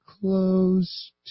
close